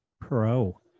pro